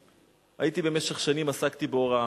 במשך שנים עסקתי בהוראה,